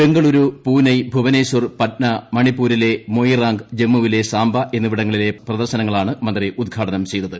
ബംഗളൂരു പൂനെ ഭുവനേശ്വർ പടന് മണിപൂരിലെ മൊയിറാംഗ് ജമ്മുവിലെ സാംബ എന്നിവിടങ്ങളിലെ പ്രദർശനങ്ങളാണ് മന്ത്രി ഉദ്ഘാടനം ചെയ്തത്